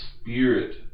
spirit